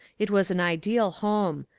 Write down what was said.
it was an ideal home.